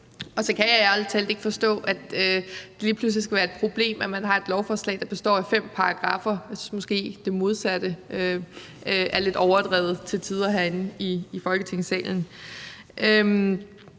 Så kan jeg ærlig talt ikke forstå, at det lige pludselig skal være et problem, at man har et lovforslag, der består af fem paragraffer. Jeg synes måske, det modsatte til tider er lidt overdrevet herinde i Folketingssalen.